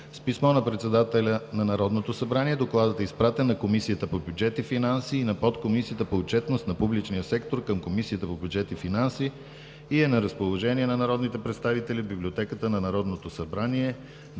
С писмо на председателя на Народното събрание Докладът е изпратен на Комисията по бюджет и финанси, на Подкомисията по отчетност на публичния сектор към Комисията по бюджет и финанси и е на разположение на народните представители в Библиотеката на Народното събрание.